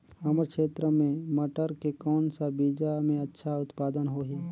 हमर क्षेत्र मे मटर के कौन सा बीजा मे अच्छा उत्पादन होही?